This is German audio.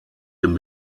dem